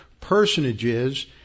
personages